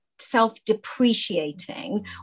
self-depreciating